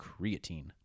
creatine